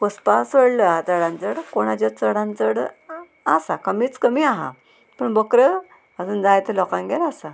पोसपा सोडल्यो आतां चडान चड कोणाचे चडान चड आसा कमीच कमी आहा पूण बकऱ्यो आजून जाय ते लोकांगेर आसा